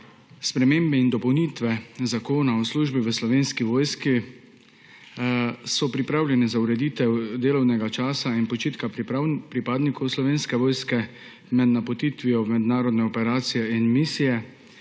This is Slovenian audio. Spremembe in dopolnitve Zakona o službi v Slovenski vojski so pripravljene za ureditev delovnega časa in počitka pripadnikov Slovenske vojske med napotitvijo na mednarodne operacije in misije,